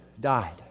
died